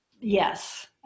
yes